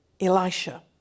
Elisha